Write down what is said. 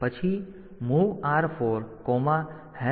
પછી MOV R411hex છે